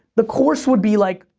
the course would be, like,